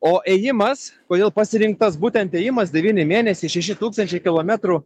o ėjimas kodėl pasirinktas būtent ėjimas devyni mėnesiai šeši tūkstančiai kilometrų